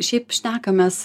šiaip šnekamės